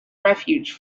refuge